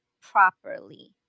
properly